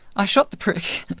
i shot the prick.